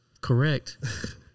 correct